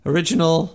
Original